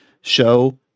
show